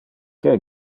que